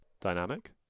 dynamic